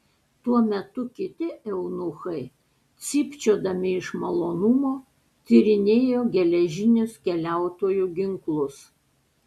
tuo metu kiti eunuchai cypčiodami iš malonumo tyrinėjo geležinius keliautojų ginklus